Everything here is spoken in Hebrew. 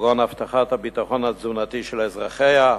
כגון הבטחת הביטחון התזונתי של אזרחיה.